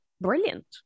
brilliant